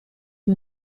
che